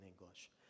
English